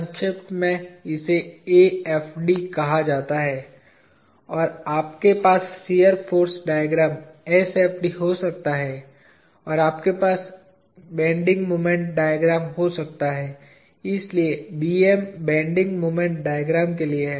संक्षेप में इसे AFD कहा जाता है और आपके पास शियर फाॅर्स डाइग्राम SFD हो सकता है और आपके पास बेन्डिंग मोमेंट डायग्राम हो सकते हैं इसलिए BM बेन्डिंग मोमेंट डायग्राम के लिए हैं